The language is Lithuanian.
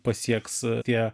pasieks tie